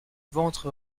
ventre